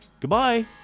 Goodbye